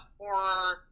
horror